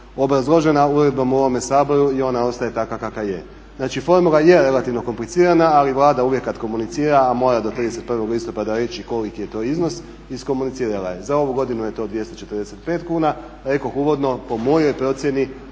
obrazložena uredbom u ovom Saboru i ona ostaje takva kakva je. Znači formula je relativno komplicirana ali Vlada uvijek kada komunicira a mora do 31. listopada reći koliki je to iznos iskomunicirala je. Za ovu godinu je to 245 kuna, rekoh uvodno po mojoj procjeni